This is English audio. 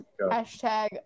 Hashtag